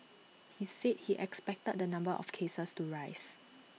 he said he expected the number of cases to rise